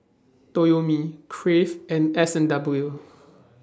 Toyomi Crave and S and W